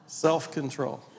Self-control